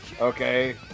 okay